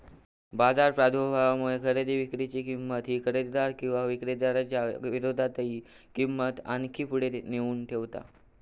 बाजार प्रभावामुळे खरेदी विक्री ची किंमत ही खरेदीदार किंवा विक्रीदाराच्या विरोधातही किंमत आणखी पुढे नेऊन ठेवता